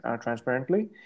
transparently